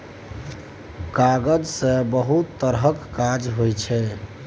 कागज सँ बहुत तरहक काज होइ छै